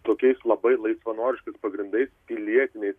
tokiais labai laisvanoriškais pagrindais pilietiniais